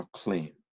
clean